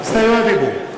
הסתייגויות דיבור.